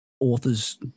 Authors